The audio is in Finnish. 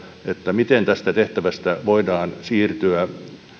miten tästä tehtävästä voidaan siirtyä